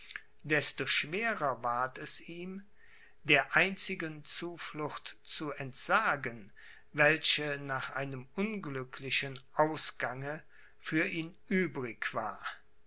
desto schwerer ward es ihm der einzigen zuflucht zu entsagen welche nach einem unglücklichen ausgange für ihn übrig war